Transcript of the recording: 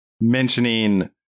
mentioning